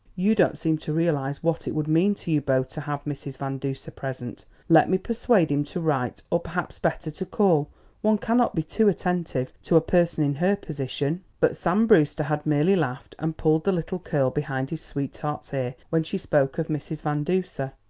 you don't seem to realise what it would mean to you both to have mrs. van duser present. let me persuade him to write or perhaps better to call one cannot be too attentive to a person in her position. but sam brewster had merely laughed and pulled the little curl behind his sweetheart's ear when she spoke of mrs. van duser.